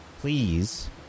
Please